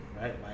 right